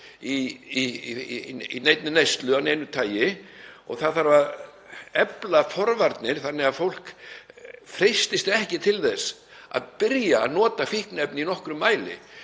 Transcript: í neyslu af neinu tagi. Það þarf að efla forvarnir þannig að fólk freistist ekki til þess að byrja að nota fíkniefni í nokkrum mæli.